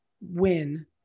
win